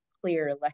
clear